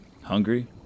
hungry